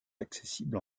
accessible